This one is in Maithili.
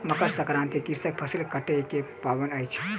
मकर संक्रांति कृषकक फसिल कटै के पाबैन अछि